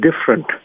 different